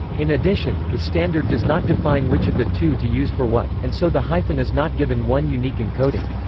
in addition, the standard does not define which of the two to use for what, and so the hyphen is not given one unique encoding.